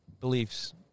beliefs